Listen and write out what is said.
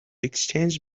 extends